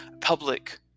public